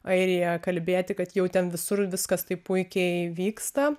airiją kalbėti kad jau ten visur viskas taip puikiai vyksta